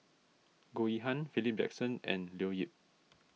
Goh Yihan Philip Jackson and Leo Yip